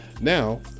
Now